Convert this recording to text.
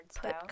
put